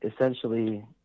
essentially